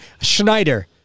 Schneider